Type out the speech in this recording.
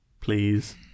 please